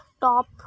top